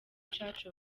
church